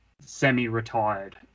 semi-retired